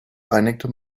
einigte